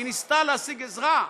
והיא ניסתה להשיג עזרה,